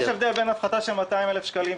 יש הבדל בין הפחתה של 200,000 שקלים,